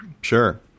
Sure